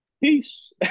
peace